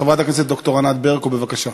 חברת הכנסת ד"ר ענת ברקו, בבקשה,